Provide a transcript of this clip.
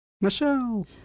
Michelle